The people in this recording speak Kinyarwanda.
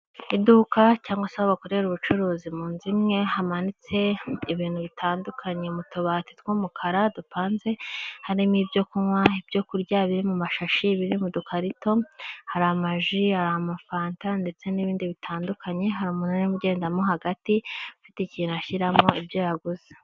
Iduka cyangwa se aho bakorera ubucuruzi mu nzu imwe, hamanitse ibintu bitandukanye mu tubati tw'umukara dupanze, harimo ibyo kunywa, ibyo kurya, ibiri mu mashashi, ibiri mu dukarito, hari amaji, hari amafanta ndetse n'ibindi bitandukanye, hari umuntu urimo ugendamo hagati, afite ikintu ashyiramo ibyo yaguze.